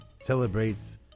celebrates